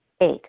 Eight